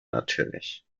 natürlich